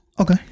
Okay